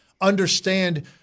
understand